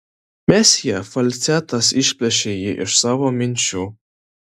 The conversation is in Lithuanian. mesjė falcetas išplėšė jį iš savo minčių